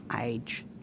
age